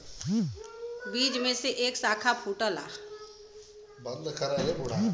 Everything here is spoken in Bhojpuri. बीज में से एक साखा फूटला